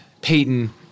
Peyton